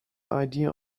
idea